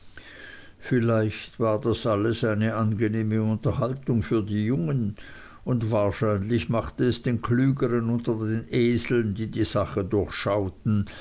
vielleicht war alles das eine angenehme unterhaltung für die jungen und wahrscheinlich machte es den klügern unter den eseln die die sache